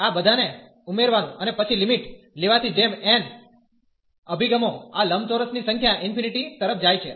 આ બધાને ઉમેરવાનું અને પછી લિમિટ લેવાથી જેમ n અભિગમો આ લંબચોરસની સંખ્યા ઇન્ફીનીટી તરફ જાય છે